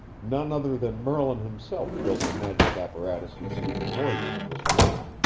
none other than merlin himself built the magic apparatus you see before you in this room,